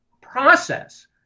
process